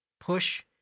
push